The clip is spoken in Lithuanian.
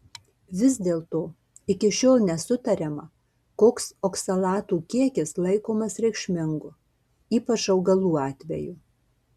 vis dėlto iki šiol nesutariama koks oksalatų kiekis laikomas reikšmingu ypač augalų atveju